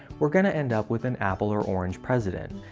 we're going to end up with an apple or orange president.